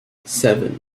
seven